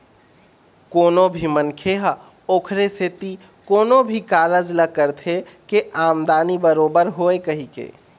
कोनो भी मनखे ह ओखरे सेती कोनो भी कारज ल करथे के आमदानी बरोबर होवय कहिके